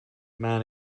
man